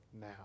now